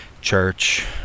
church